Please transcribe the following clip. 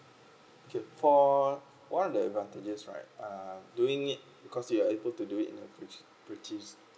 okay for one of the advantages right uh doing it because you are able to do it in uh bri~ british